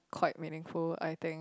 quite meaningful I think